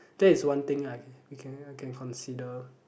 that is one thing I can we can I can consider